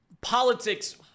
politics